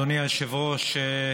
אדוני היושב-ראש,